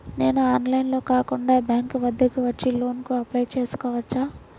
నేను ఆన్లైన్లో కాకుండా బ్యాంక్ వద్దకు వచ్చి లోన్ కు అప్లై చేసుకోవచ్చా?